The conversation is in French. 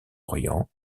orient